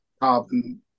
carbon